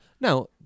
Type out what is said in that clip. Now